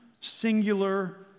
singular